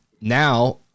now